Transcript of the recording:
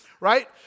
Right